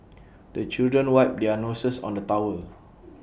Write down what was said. the children wipe their noses on the towel